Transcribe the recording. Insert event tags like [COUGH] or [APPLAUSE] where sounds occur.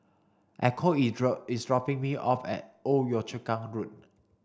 Echo is [UNINTELLIGIBLE] is dropping me off at Old Yio Chu Kang Road